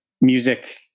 music